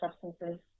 substances